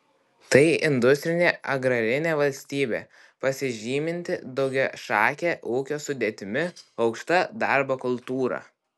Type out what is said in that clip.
tai industrinė agrarinė valstybė pasižyminti daugiašake ūkio sudėtimi aukšta darbo kultūra